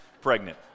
pregnant